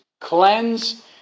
cleanse